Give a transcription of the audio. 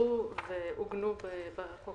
אושררו ועוגנו בחוק